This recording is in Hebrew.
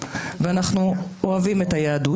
ואנחנו אוהבים את היהדות,